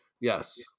yes